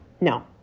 no